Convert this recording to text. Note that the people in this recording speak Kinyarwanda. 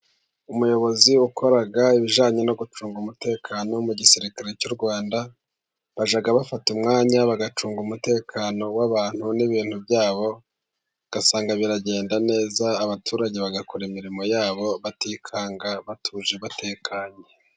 Umuyobozi wakoraga ibijyanye no gucunga umutekano mu gisirikare cy'u Rwanda， bajya bafata umwanya，bagacunga umutekano w'abantu n'ibintu byabo，ugasanga biragenda neza， abaturage bagakora imirimo yabo， batikanga， batuje， batekanye.